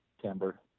Timber